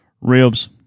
ribs